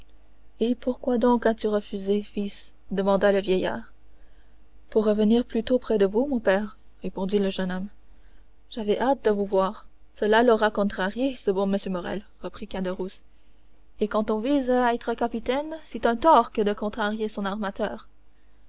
et pourquoi donc as-tu refusé fils demanda le vieillard pour revenir plus tôt près de vous mon père répondit le jeune homme j'avais hâte de vous voir cela l'aura contrarié ce bon m morrel reprit caderousse et quand on vise à être capitaine c'est un tort que de contrarier son armateur